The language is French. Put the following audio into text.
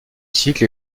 cycle